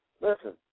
Listen